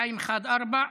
214,